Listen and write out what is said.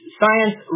science